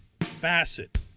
facet